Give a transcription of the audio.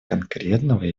конкретного